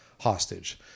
hostage